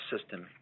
system